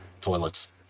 toilets